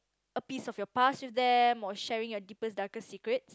a piece of your past with them or sharing your deepest darkest secret